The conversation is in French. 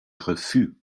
refus